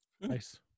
nice